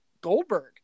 Goldberg